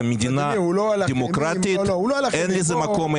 במדינה דמוקרטית אין לזה מקום.